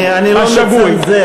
אני לא מצנזר.